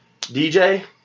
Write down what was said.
DJ